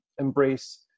embrace